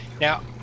Now